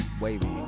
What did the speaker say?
wavy